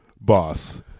boss